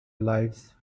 lives